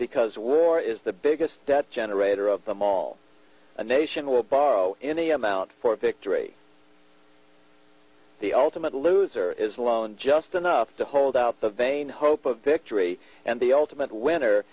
because war is the biggest debt generator of them all a nation will borrow any amount for victory the ultimate loser is alone just enough to hold out the vain hope of victory and the ultimate winner